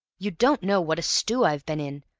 you don't know what a stew i've been in.